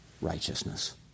righteousness